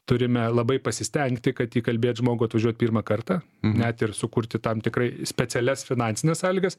turime labai pasistengti kad įkalbėt žmogų atvažiuot pirmą kartą net ir sukurti tam tikrai specialias finansines sąlygas